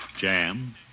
jam